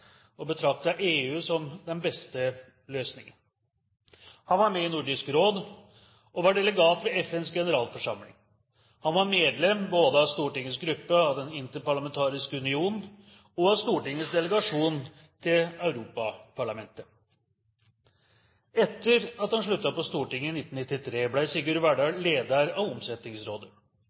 i Nordisk Råd, og var delegat ved FNs generalforsamling. Han var medlem både av Stortingets gruppe av Den Interparlamentariske Union og av Stortingets delegasjon til Europaparlamentet. Etter at han sluttet på Stortinget i 1993, ble Sigurd Verdal leder av Omsetningsrådet.